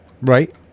Right